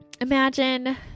imagine